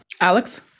Alex